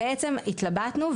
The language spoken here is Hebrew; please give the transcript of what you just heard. בעצם התלבטנו,